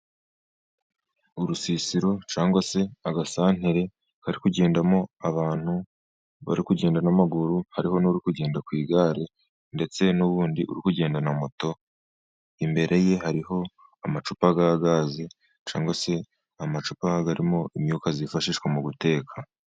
Urusisiro cyangwa se agasantere kari kugendamo abantu bari kugenda n'amaguru hariho n'uri kugenda ku igare, ndetse n'ubundi uri kugenda na moto. Imbere ye hariho amacupa ya gaze, cyangwa se amacupa arimo imyuka yifashishwa mu guteka.